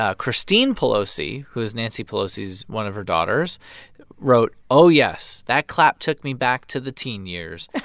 ah christine pelosi, who is nancy pelosi's one of her daughters wrote, oh, yes. that clap took me back to the teen years